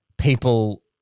people